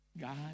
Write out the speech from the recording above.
God